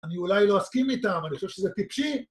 אני אולי לא אסכים איתם, אני חושב שזה טיפשי.